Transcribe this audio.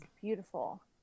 Beautiful